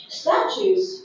statues